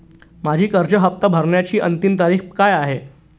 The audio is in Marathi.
माझी कर्ज हफ्ता भरण्याची अंतिम तारीख काय आहे?